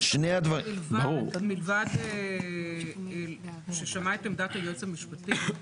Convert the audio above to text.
מלבד "ששמע את עמדת היועץ המשפטי",